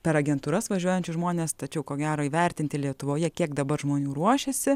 per agentūras važiuojančius žmones tačiau ko gero įvertinti lietuvoje kiek dabar žmonių ruošiasi